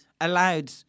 allowed